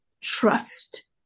trust